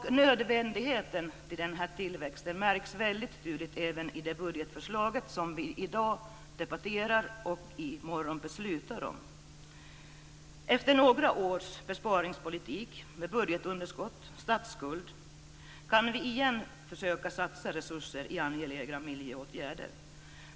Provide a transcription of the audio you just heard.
Nödvändigheten av tillväxt märks väldigt tydligt även i det budgetförslag som vi i dag debatterar och i morgon beslutar om. Efter några års besparingspolitik med budgetunderskott och statsskuld kan vi igen försöka satsa resurser i angelägna miljöåtgärder.